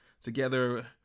together